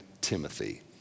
Timothy